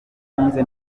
ntunze